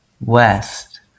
West